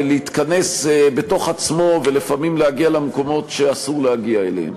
להתכנס בתוך עצמו ולפעמים להגיע למקומות שאסור להגיע אליהם.